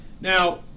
Now